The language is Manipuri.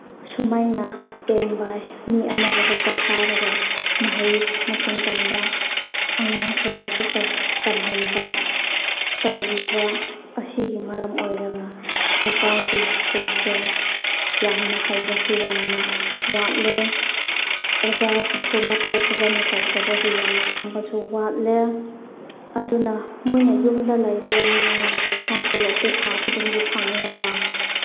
ꯑꯁꯨꯃꯥꯏꯅ ꯏꯁꯇꯦꯟ ꯕꯥꯏ ꯃꯤ ꯑꯃꯕꯨ ꯍꯦꯛꯇ ꯊꯥꯔꯒ ꯃꯍꯩ ꯃꯁꯤꯡ ꯇꯝꯕ ꯑꯉꯥꯡꯈꯣꯏꯕꯨ ꯍꯦꯛꯇ ꯇꯝꯍꯟꯕ ꯇꯧꯕꯤꯕ ꯑꯁꯤꯒꯤ ꯃꯔꯝ ꯑꯣꯏꯔꯒ ꯁꯔꯀꯥꯔꯒꯤ ꯁ꯭ꯀꯨꯜꯁꯦ ꯌꯥꯝꯅ ꯍꯩꯕꯁꯨ ꯌꯥꯝꯅ ꯋꯥꯠꯂꯦ ꯑꯣꯖꯥꯁꯤꯡꯁꯨ ꯃꯊꯧ ꯐꯖꯅ ꯇꯧꯗꯕꯒꯤ ꯌꯥꯝꯅ ꯈꯪꯕꯁꯨ ꯋꯥꯠꯂꯦ ꯑꯗꯨꯅ ꯃꯣꯏꯅ ꯌꯨꯝꯗ ꯂꯩꯔꯒ ꯅꯨꯡꯉꯥꯏꯅ ꯄꯩꯁꯥ ꯇꯣꯂꯣꯞꯇꯤ ꯊꯥ ꯈꯨꯗꯤꯡꯒꯤ ꯐꯪꯂꯒ